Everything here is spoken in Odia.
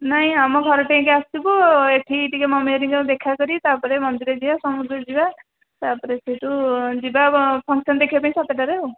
ନାଇଁ ଆମ ଘର ଠେଇକି ଆସିବୁ ଏଠି ଟିକିଏ ମମି ହେରିକାଙ୍କୁ ଦେଖାକରି ତା'ପରେ ମନ୍ଦିର ଯିବା ସମୁଦ୍ର ଯିବା ତା'ପରେ ସେଉଠୁ ଯିବା ଫଙ୍କସନ୍ ଦେଖିଆ ପାଇଁ ସାତଟାରେ ଆଉ